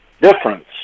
difference